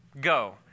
Go